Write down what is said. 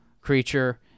creature